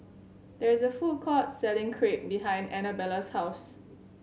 there is a food court selling Crepe behind Annabella's house